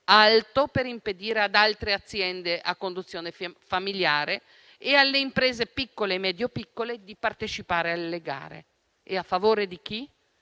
alto per impedire ad altre aziende a conduzione familiare e alle imprese piccole e medio-piccole di partecipare alle gare. E a favore di chi?